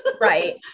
Right